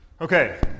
Okay